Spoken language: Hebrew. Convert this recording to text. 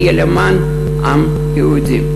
יהיה כאן למען העם היהודי.